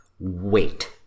Wait